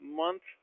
month